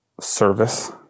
service